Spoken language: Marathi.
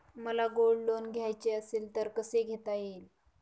मला गोल्ड लोन घ्यायचे असेल तर कसे घेता येईल?